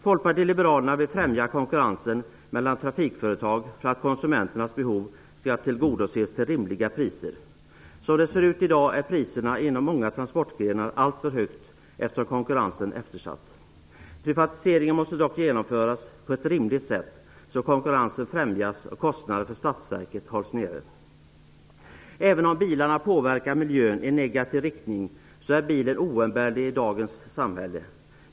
Folkpartiet liberalerna vill främja konkurrensen mellan trafikföretag för att konsumenternas behov skall tillgodoses till rimliga priser. Som det ser ut i dag är priserna inom många transportgrenar alltför höga, eftersom konkurrensen är eftersatt. Privatiseringarna måste dock genomföras på ett rimligt sätt, så att konkurrensen främjas och statsverkets kostnader hålls nere. Även om bilarna påverkar miljön i negativ riktning är de oumbärliga i dagens samhälle.